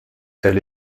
elle